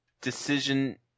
decision